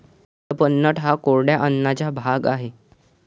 कडपह्नट हा कोरड्या अन्नाचा भाग आहे